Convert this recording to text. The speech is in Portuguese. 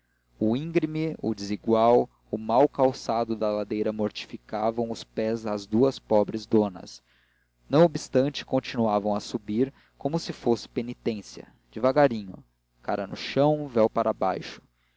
o íngreme o desigual o mal calçado da ladeira mortificavam os pés às duas pobres donas não obstante continuavam a subir como se fosse penitência devagarinho cara no chão véu para baixo